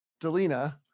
Delina